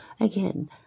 Again